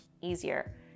easier